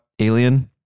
alien